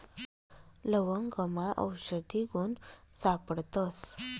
लवंगमा आवषधी गुण सापडतस